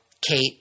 Kate